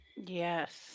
Yes